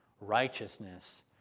righteousness